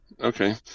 Okay